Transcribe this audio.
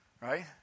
right